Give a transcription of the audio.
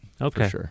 Okay